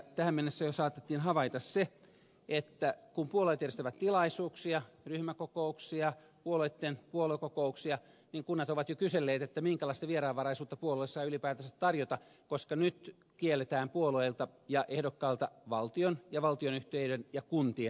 tähän mennessä jo saatettiin havaita se että kun puolueet järjestävät tilaisuuksia ryhmäkokouksia puolueitten puoluekokouksia niin kunnat ovat jo kyselleet minkälaista vieraanvaraisuutta puolue saa ylipäätänsä tarjota koska nyt kielletään puolueelta ja ehdokkaalta valtion ja valtionyhtiöiden ja kuntien tuki